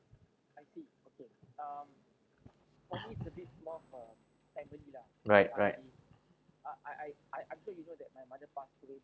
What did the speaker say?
right right